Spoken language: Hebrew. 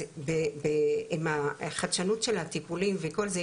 אז עם החדשנות של הטיפולים וכל זה,